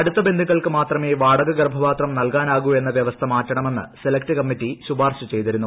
അടുത്ത ബന്ധുക്കൾക്ക് മാത്രമേ വാടക് ഗർഭപാത്രം ന്ൽകാനാകു എന്ന വ്യവസ്ഥ മാറ്റണമെന്ന് സെലക്ട് കമ്മിറ്റി ശുപ്പർശ് ചെയ്തിരുന്നു